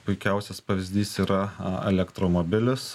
puikiausias pavyzdys yra elektromobilis